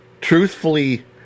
truthfully